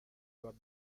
doit